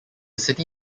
city